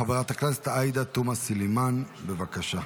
חברת הכנסת עאידה תומא סלימאן, בבקשה.